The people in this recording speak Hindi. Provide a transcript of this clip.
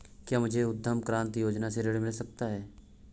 क्या मुझे उद्यम क्रांति योजना से ऋण मिल सकता है?